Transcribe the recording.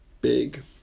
Big